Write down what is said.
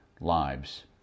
lives